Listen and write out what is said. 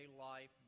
life